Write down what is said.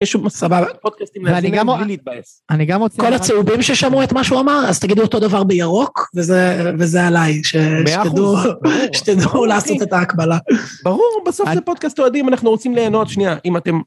יש שם סבבה פודקאסטים, אני גם רוצה בלי להתבאס. כל הצהובים ששמעו את מה שהוא אמר אז תגידו אותו דבר בירוק, וזה עליי, מאה אחוז, שתדעו, שתדעו לעשות את ההקבלה. ברור, בסוף זה פודקאסט אוהדים, אנחנו רוצים ליהנות, שנייה, אם אתם...